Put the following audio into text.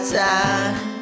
time